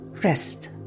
Rest